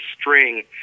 string